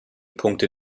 punkte